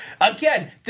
again